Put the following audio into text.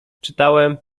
czytałem